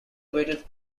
waited